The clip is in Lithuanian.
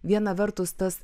viena vertus tas